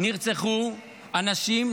נרצחו אנשים,